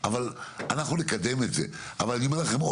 אם אין מספיק בני מקום במקומות